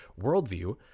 worldview